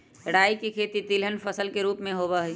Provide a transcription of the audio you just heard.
राई के खेती तिलहन फसल के रूप में होबा हई